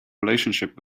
relationship